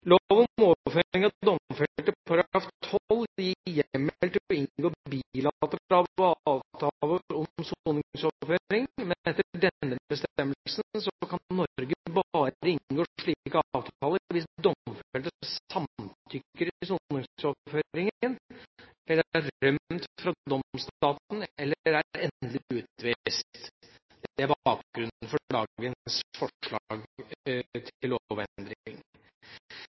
om overføring av domfelte § 12 gir hjemmel til å inngå bilaterale avtaler om soningsoverføring, men etter denne bestemmelsen kan Norge bare inngå slike avtaler hvis domfelte samtykker i soningsoverføringen, har rømt fra domsstaten eller er endelig utvist. Det er bakgrunnen for dagens forslag til